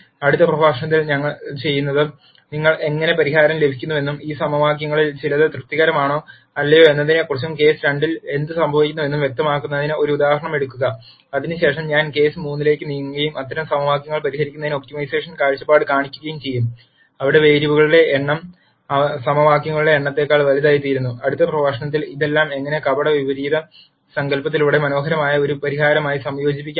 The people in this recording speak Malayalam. അടുത്ത പ്രഭാഷണത്തിൽ ഞാൻ ചെയ്യുന്നത് നിങ്ങൾക്ക് എങ്ങനെ പരിഹാരം ലഭിക്കുന്നുവെന്നും ഈ സമവാക്യങ്ങളിൽ ചിലത് തൃപ്തികരമാണോ അല്ലയോ എന്നതിനെക്കുറിച്ചും കേസ് 2 ൽ എന്ത് സംഭവിക്കുന്നുവെന്നും വ്യക്തമാക്കുന്നതിന് ഒരു ഉദാഹരണം എടുക്കുക അതിനുശേഷം ഞാൻ കേസ് 3 ലേക്ക് നീങ്ങുകയും അത്തരം സമവാക്യങ്ങൾ പരിഹരിക്കുന്നതിന് ഒപ്റ്റിമൈസേഷൻ കാഴ്ചപ്പാട് കാണിക്കുകയും ചെയ്യും അവിടെ വേരിയബിളുകളുടെ എണ്ണം സമവാക്യങ്ങളുടെ എണ്ണത്തേക്കാൾ വലുതായിത്തീരുന്നു അടുത്ത പ്രഭാഷണത്തിൽ ഇതെല്ലാം എങ്ങനെ കപട വിപരീത സങ്കൽപ്പത്തിലൂടെ മനോഹരമായ ഒരു പരിഹാരമായി സംയോജിപ്പിക്കാമെന്ന് ഞാൻ കാണിക്കും